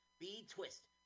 B-twist